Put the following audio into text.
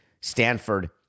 Stanford